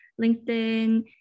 LinkedIn